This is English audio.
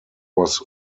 was